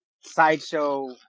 sideshow